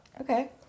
Okay